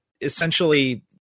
essentially